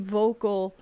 vocal